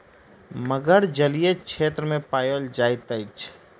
मगर जलीय क्षेत्र में पाओल जाइत अछि